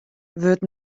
wurdt